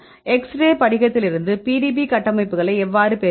X ray படிகத்திலிருந்து PDB கட்டமைப்புகளை எவ்வாறு பெறுவது